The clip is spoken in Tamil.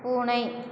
பூனை